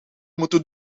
moeten